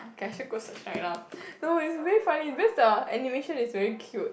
okay I should go search right now no it's very funny because the animation is very cute